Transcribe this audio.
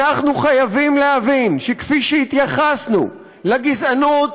אנחנו חייבים להבין שכפי שהתייחסנו לגזענות